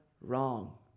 wrong